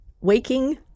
Waking